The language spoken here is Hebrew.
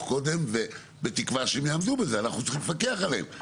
קודם ובתקווה שהם יעמדו בזה אנחנו צריכים לפקח עליהם,